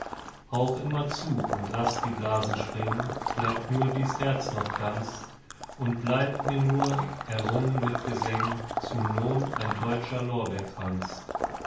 hauch immer zu und laß die blasen springen bleibt nur dies herz noch ganz und bleibt mir nur errungen mit gesängen zum lohn ein teutscher lorbeerkranz